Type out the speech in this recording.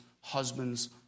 Husbands